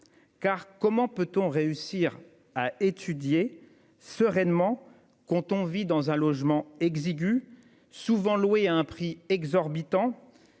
Comment peut-on étudier sereinement quand on vit dans un logement exigu, souvent loué à un prix exorbitant,